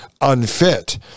unfit